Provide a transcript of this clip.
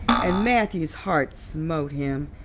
and matthew's heart smote him.